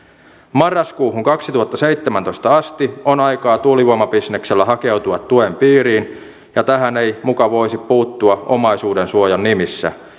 marraskuuhun kaksituhattaseitsemäntoista asti on aikaa tuulivoimabisneksellä hakeutua tuen piiriin ja tähän ei muka voisi puuttua omaisuudensuojan nimissä